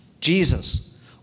Jesus